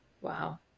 Wow